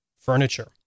furniture